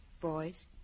Boys